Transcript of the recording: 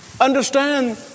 understand